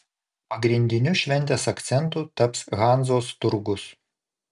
pagrindiniu šventės akcentu taps hanzos turgus